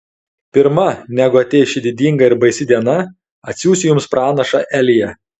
pirma negu ateis ši didinga ir baisi diena atsiųsiu jums pranašą eliją